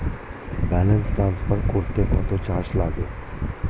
Balance transfer করতে কত charge লাগে?